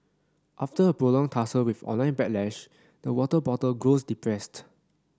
after a prolonged tussle with online backlash the water bottle grows depressed